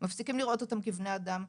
מפסיקים לראות אותם כבני אדם,